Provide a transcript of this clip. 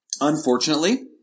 Unfortunately